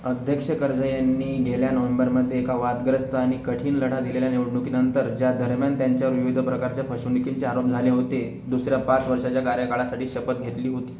अध्यक्ष करझई यांनी गेल्या नोव्हेंबरमध्ये एका वादग्रस्त आणि कठीण लढा दिलेल्या निवडणुकीनंतर ज्या दरम्यान त्यांच्यावर विविध प्रकारच्या फसवणुकींचे आरोप झाले होते दुसर्या पाच वर्षाच्या कार्यकाळासाठी शपथ घेतली होती